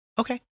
Okay